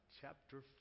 chapter